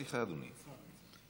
סליחה, אדוני, בכבוד.